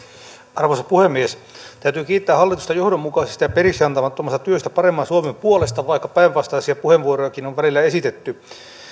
arvoisa puhemies täytyy kiittää hallitusta johdonmukaisesta ja periksiantamattomasta työstä paremman suomen puolesta vaikka päinvastaisia puheenvuorojakin on välillä esitetty